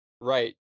right